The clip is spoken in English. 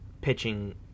pitching